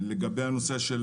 לגבי המיזם של